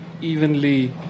evenly